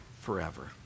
forever